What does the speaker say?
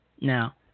Now